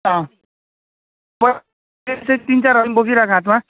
अँ प त्यही तिन चार हजार बोकिराख् हातमा